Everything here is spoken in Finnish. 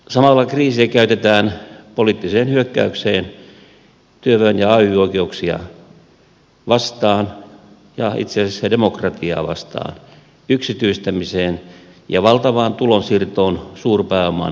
samalla kriisiä käytetään poliittiseen hyökkäykseen työväen ay oikeuksia vastaan ja itse asiassa demokratiaa vastaan yksityistämiseen ja valtavaan tulonsiirtoon suurpääoman hyväksi